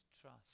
trust